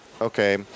okay